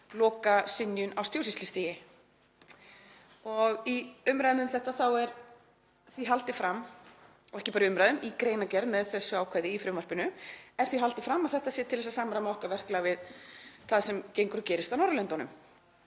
lokasynjun á stjórnsýslustigi. Í umræðum um þetta er því haldið fram, og ekki bara í umræðum, í greinargerð með þessu ákvæði í frumvarpinu er því haldið fram að þetta sé til að samræma okkar verklag við það sem gengur og gerist á Norðurlöndunum.